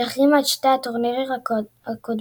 שהחרימה את שני הטורנירים הקודמים.